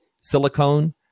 silicone